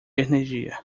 energia